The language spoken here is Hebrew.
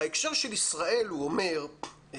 בהקשר של ישראל אומר בן